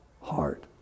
heart